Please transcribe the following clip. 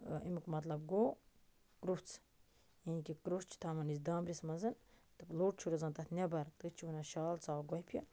امیُک مطلب گوٚو کروٚژھ یعنی کہِ کروٚژھ چھِ تھاوان ٲسۍ دامبرِس منٛزن تہٕ لۄت چھُ روزان تتھ نٮ۪بر تٔتھۍ چھِ وَنان شال ژاو گۄفہِ